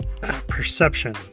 perception